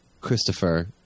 Christopher